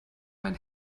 mein